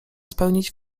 spełnić